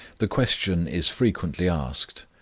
the question is frequently asked,